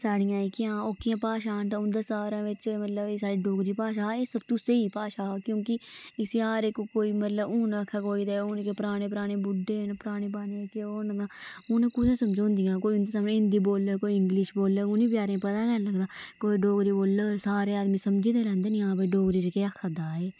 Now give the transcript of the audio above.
साढ़ियां जेह्कियां ओह्कियां भाशा न ते उंदे सारें बिच साढ़ी मतलब डोगरी भाशा स्हेई भाशा क्योंकि इस्सी हर कोई मतलब हून तगर जेह्के पराने पराने बुड्ढे न पराने पराने न ते उ'नें गी कुत्थै समझोंदियां कोई हिंदी बोला दे कोई इंगलिश बोला दे ते उनें बेचारें गी पता निं इन्ना कोई डोगरी बोले ना ते सारे आदमी समझी ते लैंदे नी कि आं डोगरी भाशा आक्खा दा एह्